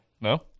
No